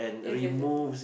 yes yes yes yes